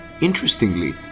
Interestingly